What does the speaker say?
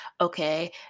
okay